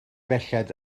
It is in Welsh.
belled